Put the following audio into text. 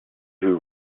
who